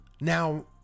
Now